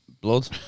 Blood